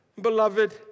beloved